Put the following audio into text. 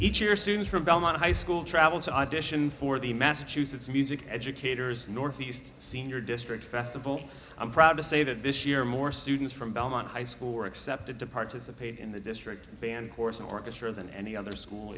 each year soon from belmont high school travel to audition for the massachusetts music educators northeast senior district festival i'm proud to say that this year more students from belmont high school were accepted to participate in the district band horse orchestra than any other school